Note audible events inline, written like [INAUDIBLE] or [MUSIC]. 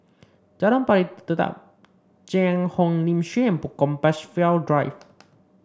Jalan Pari Dedap Cheang Hong Lim [UNINTELLIGIBLE] Compassvale Drive